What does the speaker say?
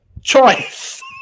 choice